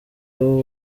w’u